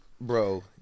Bro